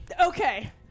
Okay